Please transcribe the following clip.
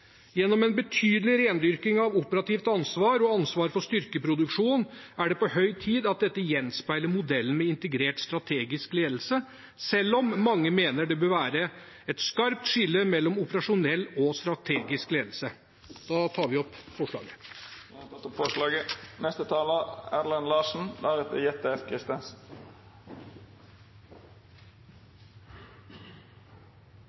Gjennom en betydelig rendyrking av operativt ansvar og ansvar for styrkeproduksjon er det på høy tid at dette gjenspeiler modellen med integrert strategisk ledelse, selv om mange mener det bør være et skarpt skille mellom operasjonell og strategisk ledelse.